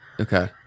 okay